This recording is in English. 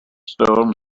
stone